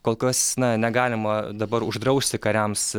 kol kas na negalima dabar uždrausti kariams